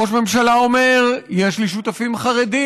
ראש הממשלה אומר: יש לי שותפים חרדים